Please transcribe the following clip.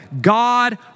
God